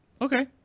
Okay